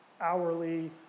hourly